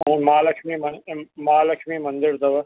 अऊं महालक्ष्मी मंदरु अथव